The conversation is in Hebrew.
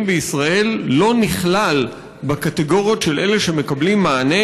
בישראל לא נכלל בקטגוריות של אלה שמקבלים מענה,